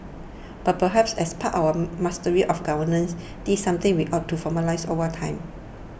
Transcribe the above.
but perhaps as part of our mastery of governance this is something we ought to formalise over time